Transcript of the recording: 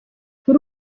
kuri